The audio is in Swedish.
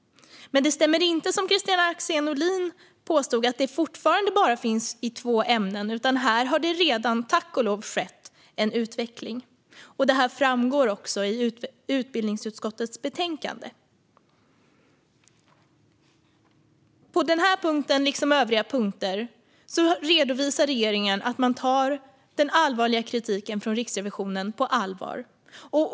Men det stämmer inte, som Kristina Axén Olin påstod, att bedömningsstöd bara finns i två ämnen. Här har det tack och lov redan skett en utveckling. Det framgår också i utbildningsutskottets betänkande. På den här punkten liksom övriga punkter redovisar regeringen att man tar kritiken från Riksrevisionen på allvar.